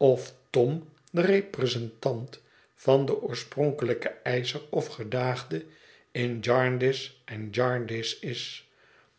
of tom de representant van den oorspronkelijken eischer of gedaagde in jarndyce en jarndyce is